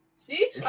See